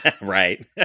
Right